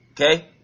okay